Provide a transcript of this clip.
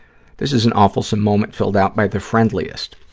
this is an awfulsome moment filled out by the friendliest.